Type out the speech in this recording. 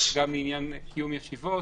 גם לעניין קיום ישיבות,